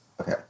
okay